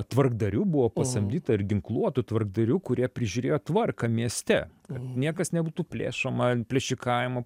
tvarkdarių buvo pasamdyta ir ginkluotų tvarkdarių kurie prižiūrėjo tvarką mieste niekas nebūtų plėšoma ant plėšikavimo